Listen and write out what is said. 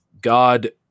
God